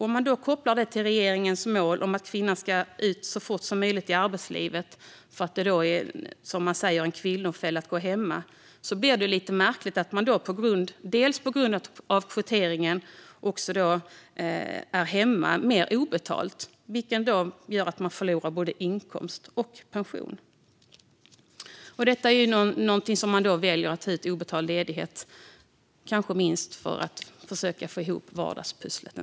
Om regeringens mål om att kvinnan ska ut så fort som möjligt i arbetslivet för att det, som man säger, är en kvinnofälla att gå hemma blir det lite märkligt att kvinnan på grund av kvoteringen är hemma mer obetalt. Det gör att man förlorar både inkomst och pension. Kanske väljer man att ta ut obetald ledighet för att försöka få ihop vardagspusslet.